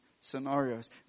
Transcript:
scenarios